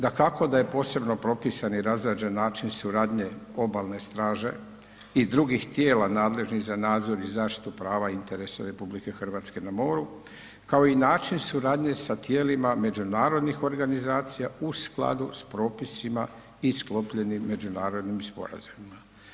Dakako da je posebno propisan i razrađen način suradnje obalne straže i drugih tijela nadležnih za nadzor i zaštitu prava interesa RH na moru kao i način suradnje sa tijelima međunarodnih organizacija u skladu sa propisima i sklopljenim međunarodnim sporazumima.